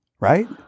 right